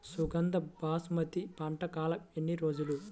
సుగంధ బాసుమతి పంట కాలం ఎన్ని రోజులు?